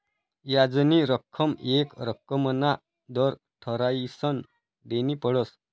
याजनी रक्कम येक रक्कमना दर ठरायीसन देनी पडस